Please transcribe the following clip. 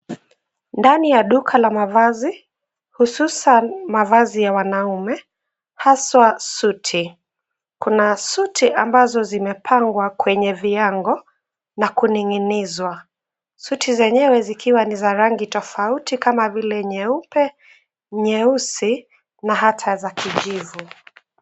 Ndani ya duka la mavazi, hususan mavazi ya wanaume, haswa suti. Kuna suti ambazo zimepangwa kwenye viango na kuning'inizwa. Suti zenyewe zikiwa ni za rangi tofauti kama vile nyeupe, nyeusi na hata za kijivu.